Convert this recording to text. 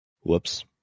Whoops